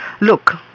look